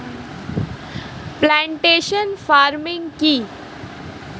Plantation farming কি?